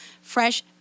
fresh